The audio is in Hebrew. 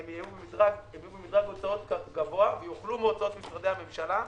יהיו במדרג הוצאות גבוה ויילקחו מהוצאות משרדי הממשלה.